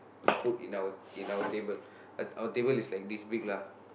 put in our in our table uh our table is like this big lah